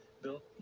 Bill